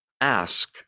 ask